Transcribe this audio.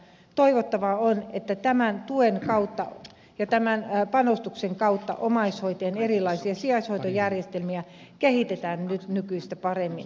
toivottavaa on että tämän tuen kautta ja tämän panostuksen kautta omaishoitajien erilaisia sijaishoitojärjestelmiä kehitetään nykyistä paremmin